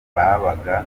babaga